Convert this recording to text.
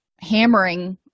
hammering